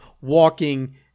walking